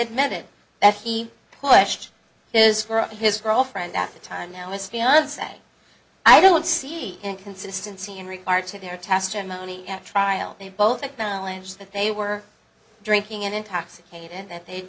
admitted that he pushed is for his girlfriend at the time now miss fiance i don't see inconsistency in regard to their testimony at trial they both acknowledge that they were drinking and intoxicated that they